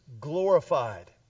glorified